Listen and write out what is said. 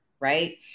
Right